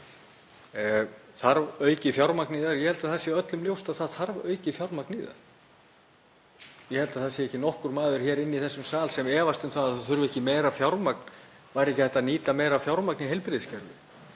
Þarf aukið fjármagn í það? Ég held að það sé öllum ljóst að það þarf aukið fjármagn í það. Ég held að það sé ekki nokkur maður hér inni í þessum sal sem efast um að það þurfi meira fjármagn og að hægt væri að nýta meira fjármagn í heilbrigðiskerfinu.